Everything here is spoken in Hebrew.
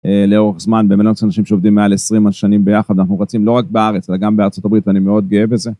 לאורך זמן במלאנוקס אנשים שעובדים מעל 20 שנים ביחד אנחנו רצים לא רק בארץ אלא גם בארצות הברית ואני מאוד גאה בזה.